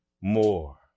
more